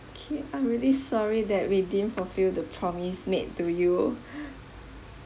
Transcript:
okay I'm really sorry that we didn't fulfill the promise made to you